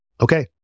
okay